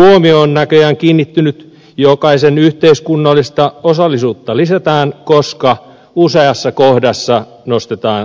huomio on näköjään kiinnittynyt siihen että jokaisen yhteiskunnallista osallisuutta lisätään koska useassa kohdassa nostetaan tasaveroja